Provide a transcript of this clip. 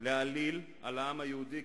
להעליל על העם היהודי,